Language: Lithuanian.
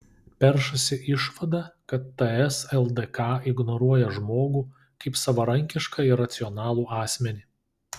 peršasi išvada kad ts ldk ignoruoja žmogų kaip savarankišką ir racionalų asmenį